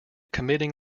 committing